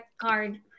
card